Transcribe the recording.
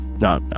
No